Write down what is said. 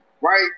Right